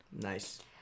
Nice